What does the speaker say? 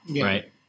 Right